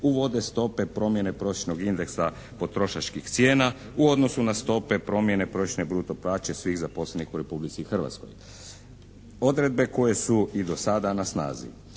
uvode stope promjene prosječnog indeksa potrošačkih cijena u odnosu na stope promjene prosječne bruto plaće svih zaposlenih u Republici Hrvatskoj. Odredbe koje su i do sada na snazi.